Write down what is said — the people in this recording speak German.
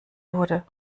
wurde